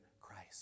Christ